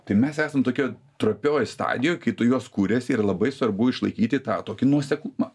tai mes esam tokioj trapioj stadijoj kai tu juos kūriasi ir labai svarbu išlaikyti tą tokį nuoseklumą